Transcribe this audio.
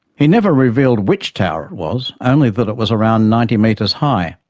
he never revealed which tower it was, only that it was around ninety meters high.